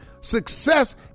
Success